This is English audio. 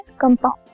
compound